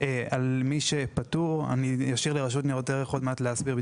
על מי שפטור אני אשאיר לרשות ניירות ערך להסביר,